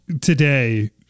today